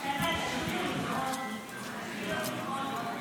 אתה מצטרף להצעת חוק חשובה מאוד,